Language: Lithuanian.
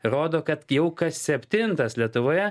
rodo kad jau kas septintas lietuvoje